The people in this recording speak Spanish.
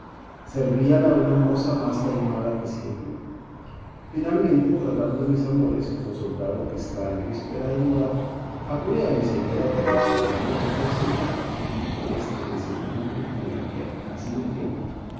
verdaderos servíala una moza más taimada que simple finalmente tratando mis amores como soldado que está en víspera de mudar apuré a mi señora doña estefanía de caicedo que éste es